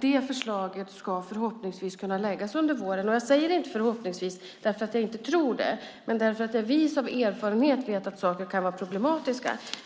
Det förslaget ska förhoppningsvis kunna läggas fram under våren. Jag säger inte "förhoppningsvis" för att jag inte tror det, utan därför att jag vis av erfarenhet vet att saker kan vara problematiska.